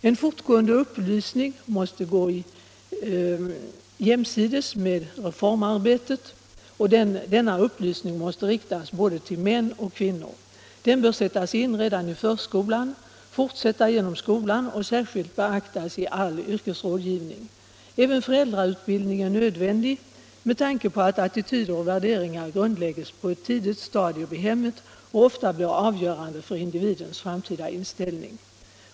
En fortgående upplysning måste gå jämsides med reformarbetet, och den måste riktas till både män och kvinnor. Den bör sättas in redan i förskolan, fortsätta genom skolan och särskilt beaktas i all yrkesrådgivning. Även föräldrautbildning är nödvändig med tanke på att attityder och värderingar grundlägges på ett tidigt stadium i hemmet och ofta blir avgörande för individens framtida inställning.